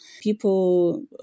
People